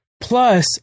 Plus